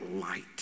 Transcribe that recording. light